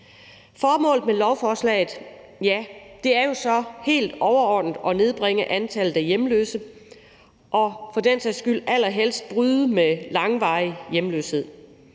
Formålet med lovforslaget er jo så helt overordnet at nedbringe antallet af hjemløse og for den sags skyld allerhelst bryde med langvarig hjemløshed.